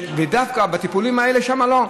ודווקא בטיפולים האלה לא.